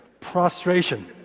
Prostration